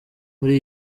muri